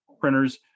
printers